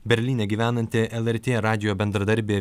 berlyne gyvenanti lrt radijo bendradarbė